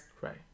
Right